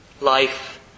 life